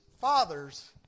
fathers